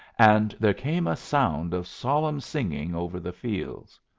and there came a sound of solemn singing over the fields.